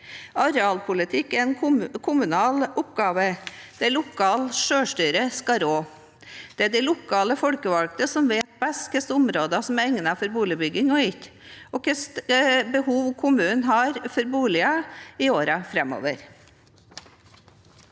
Arealpolitikk er en kommunal oppgave der lokalt selvstyre skal rå. Det er de lokale folkevalgte som vet best hvilke områder som er egnet for boligbygging og ikke, og hvilke behov kommunen har for boliger i årene framover.